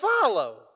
follow